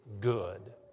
good